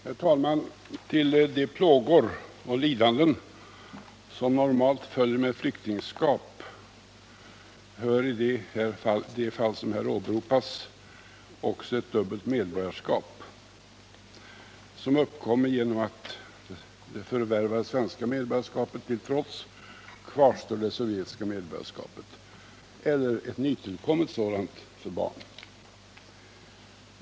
Herr talman! Till de plågor och lidanden som normalt följer med flyktingskap hör i de fall som här åberopats också ett dubbelt medborgarskap, som uppkommer genom att det sovjetiska medborgarskapet kvarstår, det förvärvade svenska medborgarskapet eller ett nytillkommet medborgarskap för barn till trots.